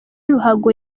ruhago